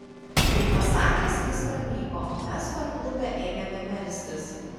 tai pasakęs jis pranyko o mes parklupę ėmėme melstis